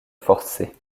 forcer